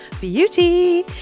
beauty